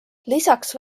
lisaks